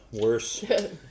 Worse